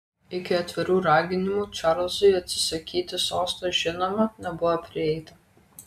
iki atvirų raginimų čarlzui atsisakyti sosto žinoma nebuvo prieita